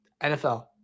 NFL